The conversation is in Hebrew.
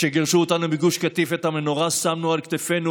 כשגירשו אותנו מגוש קטיף את המנורה שמנו על כתפנו,